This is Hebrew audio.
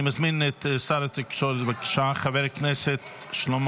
אני מזמין את שר התקשורת חבר הכנסת שלמה